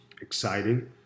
exciting